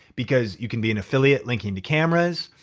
because you can be an affiliate linking to cameras,